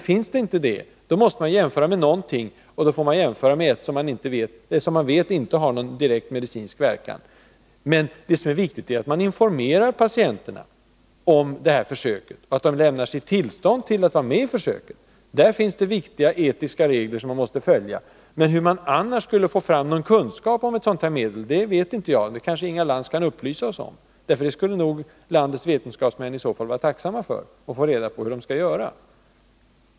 Finns inte det, måste man jämföra med någonting, och då får man jämföra med ett medel som man vet inte har någon direkt medicinsk verkan. Det är viktigt att man informerar patienterna om detta, och att de lämnar sitt tillstånd till att vara med i försöket. Där finns det viktiga etiska regler som man måste följa. Hur man annars skulle få fram någon kunskap om ett sådant här medel vet jaginte—det kanske Inga Lantz kan upplysa oss om? Landets vetenskapsmän skulle nog i så fall vara tacksamma för att få reda på hur de skulle göra.